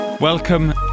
Welcome